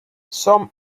some